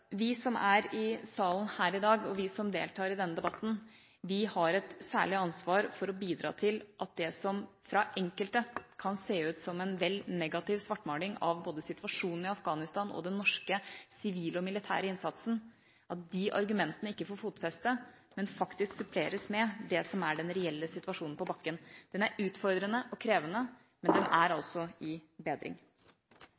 vi som er i salen her i dag, og vi som deltar i denne debatten, har et særlig ansvar for å bidra til at de argumentene som fra enkelte kan se ut som en vel negativ svartmaling av både situasjonen i Afghanistan og den norske sivile og militære innsatsen, ikke får fotfeste, men faktisk suppleres med det som er den reelle situasjonen på bakken. Den er utfordrende og krevende, men den er